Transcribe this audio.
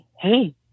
Hey